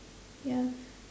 ya